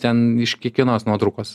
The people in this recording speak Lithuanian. ten iš kiekvienos nuotraukos